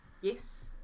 yes